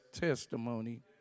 testimony